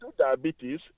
diabetes